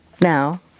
now